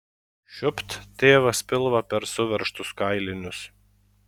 šiupt tėvas pilvą per suveržtus kailinius